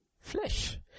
flesh